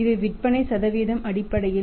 இது விற்பனை சதவீதம் அடிப்படையில்